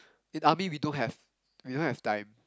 in army we don't have we don't have time